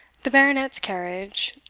the baronet's carriage,